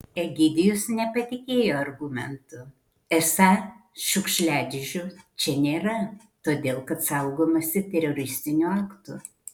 egidijus nepatikėjo argumentu esą šiukšliadėžių čia nėra todėl kad saugomasi teroristinių aktų